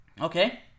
Okay